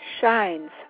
shines